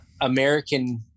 american